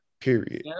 Period